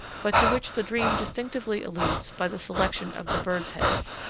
but to which the dream distinctly alludes by the selection of the birds' heads.